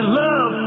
love